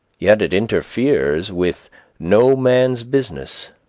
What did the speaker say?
yet it interferes with no man's business,